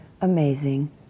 amazing